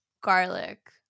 garlic